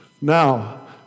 Now